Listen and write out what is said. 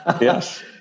Yes